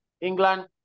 England